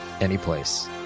anyplace